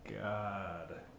god